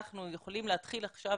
אנחנו יכולים להתחיל עכשיו